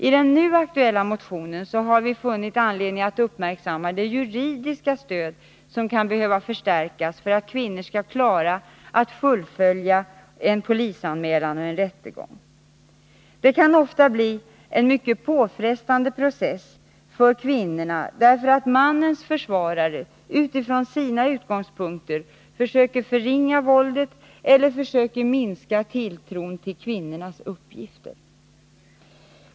I den nu aktuella motionen har vi funnit anledning att uppmärksamma det juridiska stöd som kan behöva förstärkas för att kvinnor skall klara att fullfölja en polisanmälan och en rättegång. Det kan ofta bli en mycket påfrestande process för kvinnorna, därför att mannens försvarare utifrån sina utgångspunkter söker förringa våldet eller försöker minska tilltron till kvinnornas uppgifter.